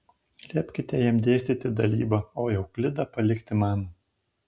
liepkite jam dėstyti dalybą o euklidą palikti man